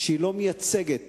שלא מייצגת